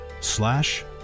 slash